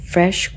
Fresh